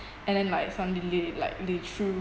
and then like suddenly like they threw